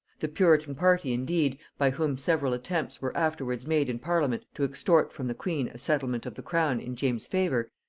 the puritan party indeed, by whom several attempts were afterwards made in parliament to extort from the queen a settlement of the crown in james's favor,